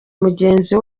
mugenzi